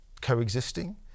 coexisting